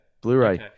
Blu-ray